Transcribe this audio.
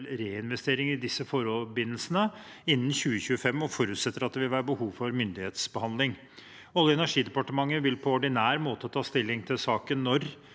reinvestering i disse forbindelsene innen 2025, og forutsetter at det vil være behov for myndighetsbehandling. Olje- og energidepartementet vil på ordinær måte ta stilling til saken når